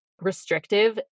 restrictive